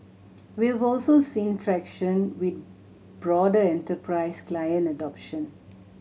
we've also seen traction with broader enterprise client adoption